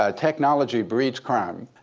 ah technology breeds crime.